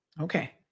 Okay